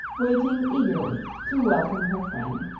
waiting eagerly to welcome her friend.